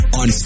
on